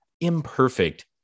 imperfect